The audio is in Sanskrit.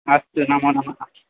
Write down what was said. अस्तु नमो नमः